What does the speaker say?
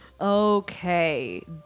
Okay